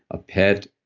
a pet,